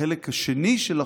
החלק השני של החוק,